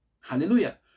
Hallelujah